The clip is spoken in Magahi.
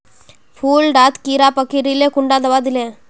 फुल डात कीड़ा पकरिले कुंडा दाबा दीले?